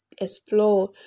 explore